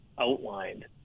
outlined